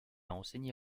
enseigné